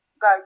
go